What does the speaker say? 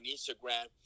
Instagram